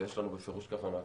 ויש לנו בפירוש כוונה כזו.